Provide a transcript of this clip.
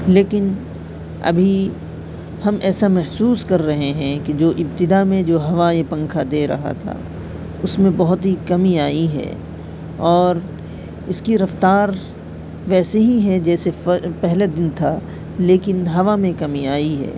لیکن ابھی ہم ایسا محسوس کر رہے ہیں کہ جو ابتدا میں جو ہوا یہ پنکھا دے رہا تھا اس میں بہت ہی کمی آئی ہے اور اس کی رفتار ویسے ہی ہے جیسے فا پہلے دن تھا لیکن ہوا میں کمی آئی ہے